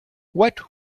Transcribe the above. what